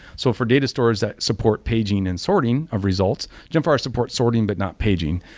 so for data storage that support paging and sorting of results, gemfire supports sorting, but not paging.